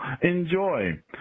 Enjoy